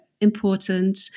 important